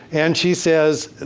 and she says,